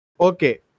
okay